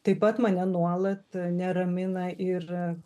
taip pat mane nuolat neramina ir